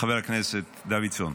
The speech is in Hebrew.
חבר הכנסת דוידסון,